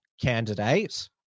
candidate